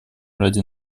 ради